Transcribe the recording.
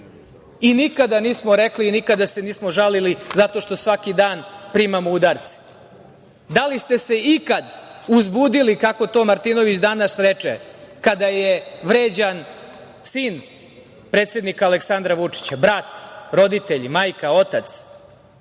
i nikada nismo rekli i nikada se nismo žalili zato što svaki dan primamo udarce. Da li ste ikad uzbudili kako to Martinović danas reče, kada je vređan sin predsednika Aleksandra Vučića, brat, roditelji, majka, otac,